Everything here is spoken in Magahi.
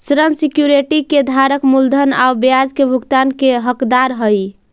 ऋण सिक्योरिटी के धारक मूलधन आउ ब्याज के भुगतान के हकदार हइ